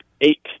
Eight